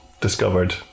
discovered